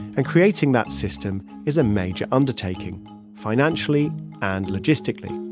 and creating that system is a major undertaking financially and logistically.